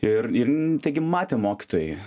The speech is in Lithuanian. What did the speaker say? ir ir taigi matė mokytojai